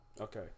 Okay